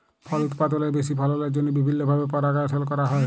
ফল উৎপাদলের বেশি ফললের জ্যনহে বিভিল্ল্য ভাবে পরপাগাশল ক্যরা হ্যয়